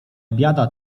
biada